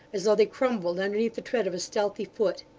as though they crumbled underneath the tread of a stealthy foot.